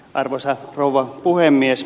arvoisa rouva puhemies